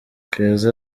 keza